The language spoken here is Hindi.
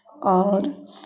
और